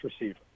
receiver